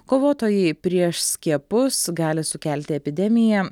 kovotojai prieš skiepus gali sukelti epidemiją